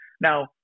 Now